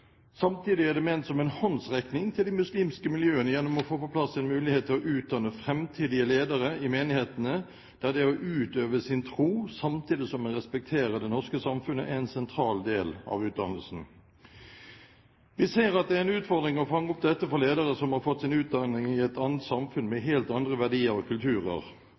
Samtidig er det ment som en håndsrekning til de muslimske miljøene gjennom å få på plass en mulighet til å utdanne framtidige ledere i menighetene, der det å utøve sin tro samtidig som en respekterer det norske samfunnet, er en sentral del av utdannelsen. Vi ser at det er en utfordring å fange opp dette for ledere som har fått sin utdanning i et annet samfunn med helt andre verdier og kulturer.